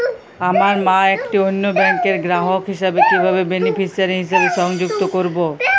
আমার মা একটি অন্য ব্যাংকের গ্রাহক হিসেবে কীভাবে বেনিফিসিয়ারি হিসেবে সংযুক্ত করব?